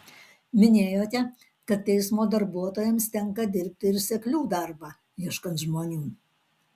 minėjote kad teismo darbuotojams tenka dirbti ir seklių darbą ieškant žmonių